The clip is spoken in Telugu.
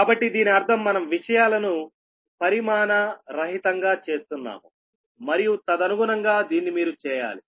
కాబట్టి దీని అర్థం మనం విషయాలను పరిమాణరహితంగా చేస్తున్నాము మరియు తదనుగుణంగా దీన్ని మీరు చేయాలి